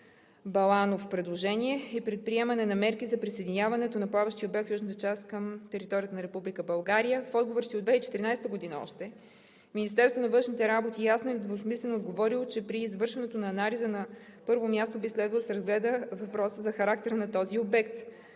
Баланов предложение и предприемане на мерки за присъединяването на плаващия обект в южната част към територията на Република България. В отговора си от 2014 г. Министерството на външните работи ясно и недвусмислено е отговорило, че при извършването на анализа, на първо място, би следвало да се разгледа въпросът за характера на този обект.